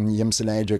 jiems leidžia